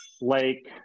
Lake